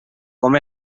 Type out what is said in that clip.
com